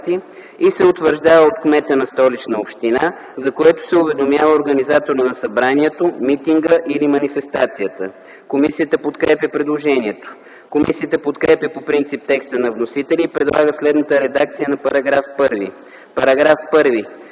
и се утвърждава от кмета на Столична община, за което се уведомява организаторът на събранието, митинга или манифестацията.” Комисията подкрепя предложението. Комисията подкрепя по принцип текста на вносителя и предлага следната редакция на § 1: „§ 1.